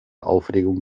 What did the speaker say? aufregung